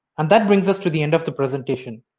and that brings us to the end of the presentation.